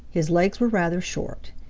his legs were rather short.